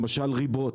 למשל ריבות,